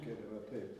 giedre va taip